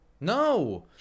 No